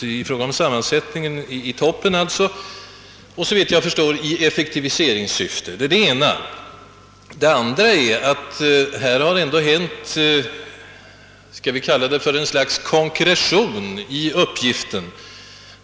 Jag avser rådets nya sammansättning i toppen, såvitt jag förstår en åtgärd i effektiviseringssyfte. För det andra har det skapats ett slags konkretion i rådets uppgift.